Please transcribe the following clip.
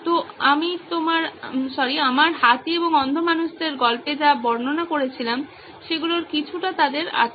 তো আমি আমার হাতি এবং অন্ধ মানুষদের গল্পে যা বর্ণনা করেছিলাম সেগুলোর কিছুটা তাদের আছে